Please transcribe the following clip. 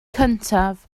cyntaf